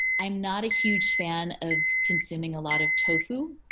i'm not a huge fan of consuming a lot of tofu.